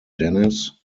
denis